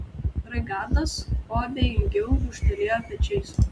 raigardas kuo abejingiau gūžtelėjo pečiais